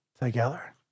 together